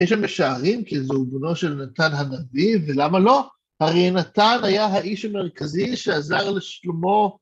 יש שם שערים, כי זה הוגונו של נתן הנביא, ולמה לא? הרי נתן היה האיש המרכזי שעזר לשלמה.